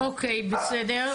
אוקיי, בסדר.